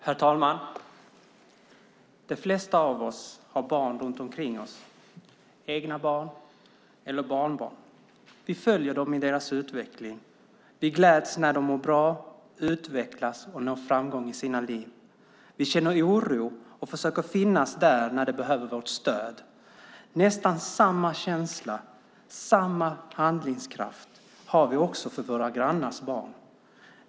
Herr talman! De flesta av oss har barn runt omkring oss, egna barn eller barnbarn. Vi följer dem i deras utveckling. Vi gläds när de mår bra, utvecklas och når framgång i sina liv. Vi känner oro och försöker finnas där när de behöver vårt stöd. Nästan samma känsla och samma handlingskraft har vi också när det gäller våra grannars barn.